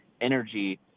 energy